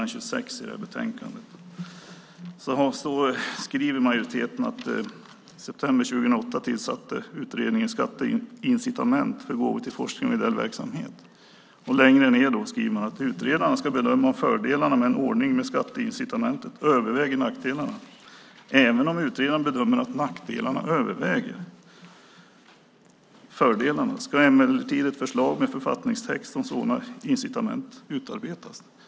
På s. 26 i betänkandet skriver majoriteten att i september 2008 tillsattes utredningen om skatteincitament för gåvor till forskning och ideell verksamhet. Längre ned på samma sida skriver man: "Utredaren ska bedöma om fördelarna med en ordning med skatteincitament överväger nackdelarna. Även om utredaren bedömer att nackdelarna överväger fördelarna ska emellertid ett förslag med författningstext om sådana incitament utarbetas."